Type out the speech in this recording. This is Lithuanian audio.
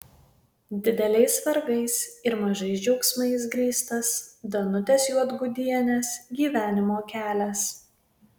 dideliais vargais ir mažais džiaugsmais grįstas danutės juodgudienės gyvenimo kelias